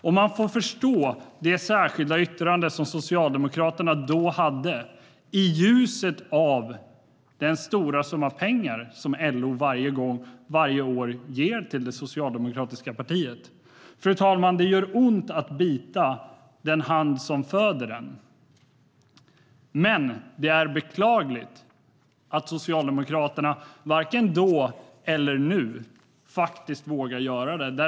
Och man får förstå det särskilda yttrande som Socialdemokraterna hade i ljuset av den stora summa pengar som LO varje år ger till det socialdemokratiska partiet. Fru talman! Det gör ont att bita den hand som föder en, men det är beklagligt att Socialdemokraterna inte vågade göra det då och inte vågar göra det nu.